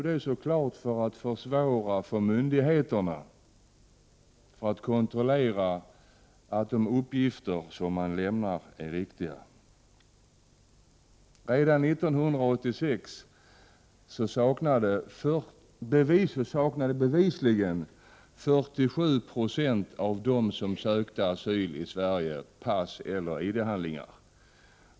Det är naturligtvis för att försvåra för myndigheterna att kontrollera att de uppgifter man lämnar är riktiga. Redan 1986 saknade bevisligen 47 90 av dem som sökte asyl i Sverige pass eller ID-handlingar.